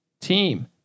team